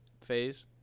phase